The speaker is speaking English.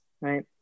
Right